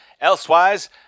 Elsewise